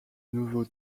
nouveau